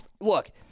look